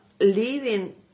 living